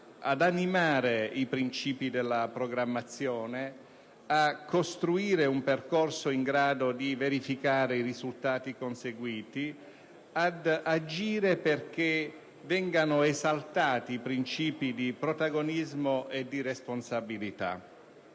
ad animare i principi della programmazione, a costruire un percorso in grado di verificare i risultati conseguiti, ad agire perché vengano esaltati i principi di protagonismo e di responsabilità.